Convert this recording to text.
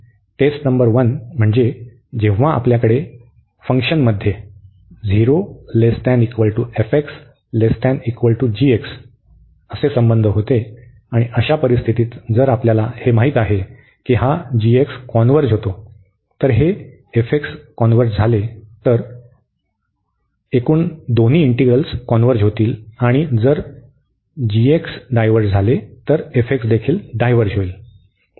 taste number 1 म्हणजे जेव्हा आपल्याकडे फंक्शनमध्ये हे संबंध होते आणि अशा परिस्थितीत जर आपल्याला हे माहित आहे की हा g कॉन्व्हर्ज होतो तर हे कॉन्व्हर्ज झाले तर दुसरा एक देखील कॉन्व्हर्ज होईल आणि जर ते डायव्हर्ज झाले तर दुसरे इंटीग्रल देखील डायव्हर्ज होईल